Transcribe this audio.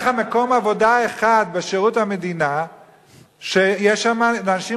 אין לך מקום עבודה אחד בשירות המדינה שיש שם אנשים